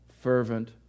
fervent